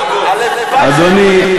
אדוני,